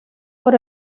por